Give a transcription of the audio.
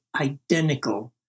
identical